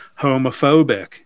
homophobic